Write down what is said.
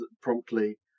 promptly